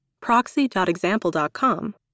proxy.example.com